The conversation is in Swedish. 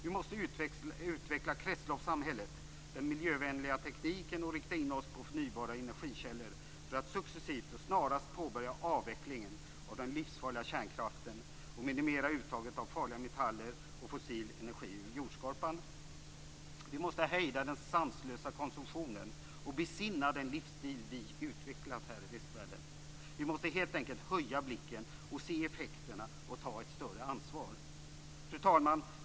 Vi måste utveckla kretsloppssamhället, den miljövänliga tekniken och inrikta oss på förnybara energikällor för att successivt och snarast påbörja avvecklingen av den livsfarliga kärnkraften och minimera uttaget av farliga metaller och fossil energi ur jordskorpan. Vi måste hejda den sanslösa konsumtionen och besinna den livsstil som vi har utvecklat här i västvärlden. Vi måste helt enkelt höja blicken och se effekterna och ta ett större ansvar. Fru talman!